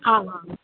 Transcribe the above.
आं